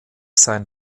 sein